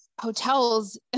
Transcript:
hotels